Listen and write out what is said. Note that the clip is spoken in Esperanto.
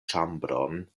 ĉambron